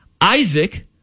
Isaac